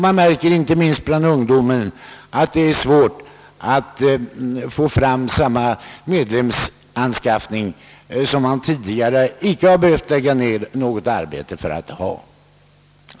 Man märker inte minst bland ungdomen, att det är svårt att få fram samma medlemsanskaffning som man tidigare icke behövt lägga ned något arbete för att åstadkomma.